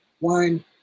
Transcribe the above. wine